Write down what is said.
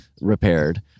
repaired